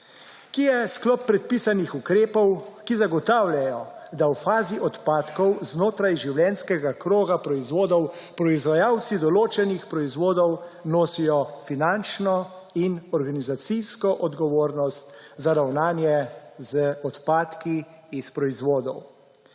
ki je sklop predpisanih ukrepov, ki zagotavljajo, da v fazi odpadkov znotraj življenjskega kroga proizvodov proizvajalci določenih proizvodov nosijo finančno in organizacijsko odgovornost za ravnanje z odpadki iz proizvodov.